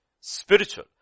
spiritual